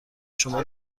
شما